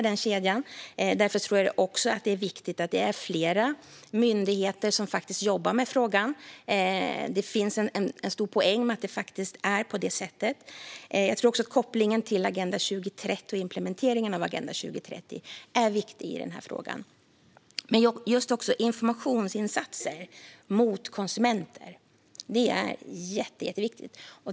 Därför tror jag också att det är viktigt att det är flera myndigheter som jobbar med frågan; det finns en stor poäng med att det är på det sättet. Jag tror även att implementeringen av Agenda 2030 är viktig i den här frågan. Informationsinsatser mot konsumenter är också jätteviktigt.